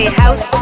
house